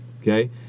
okay